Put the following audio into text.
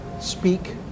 Speak